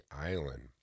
Island